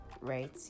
right